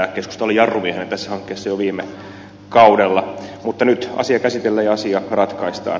keskusta oli jarrumiehenä tässä hankkeessa jo viime kaudella mutta nyt asia käsitellään ja ratkaistaan